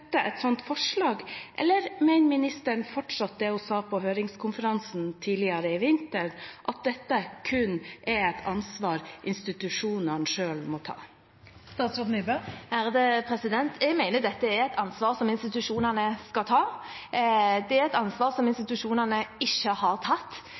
et slikt forslag, eller mener ministeren fortsatt det hun sa på høringskonferansen tidligere i vinter, at dette er et ansvar institusjonene selv må ta? Jeg mener dette er et ansvar som institusjonene skal ta. Det er et ansvar som institusjonene ikke har tatt.